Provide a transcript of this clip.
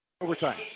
overtime